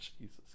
Jesus